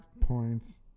points